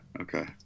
Okay